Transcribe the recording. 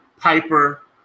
Piper